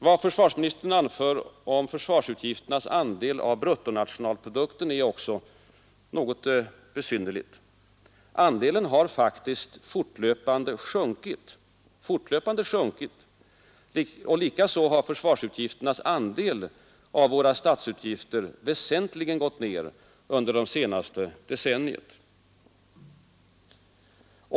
Vad försvarsministern anför om försvarsutgifternas andel av bruttonationalprodukten är också något besynnerligt. Andelen har faktiskt fortlöpande sjunkit, och likaså har försvarsutgifternas andel av våra statsutgifter väsentligen gått ner under det senaste decenniet.